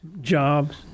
jobs